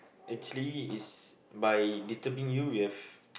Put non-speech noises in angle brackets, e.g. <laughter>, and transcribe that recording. actually is by disturbing you we have <noise>